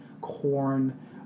corn